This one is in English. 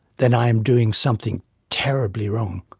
then i am doing something terribly wrong.